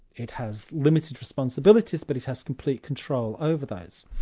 it has limited responsibilities, but it has complete control over those.